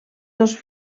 dos